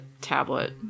tablet